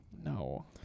No